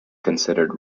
considered